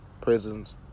prisons